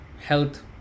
health